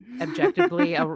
objectively